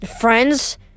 friends